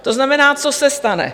To znamená, co se stane?